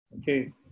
okay